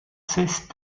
cesse